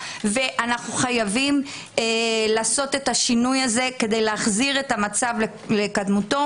ואנחנו חייבים לשנות את זה כדי להחזיר את המצב לקדמותו.